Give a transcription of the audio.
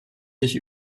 sich